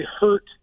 hurt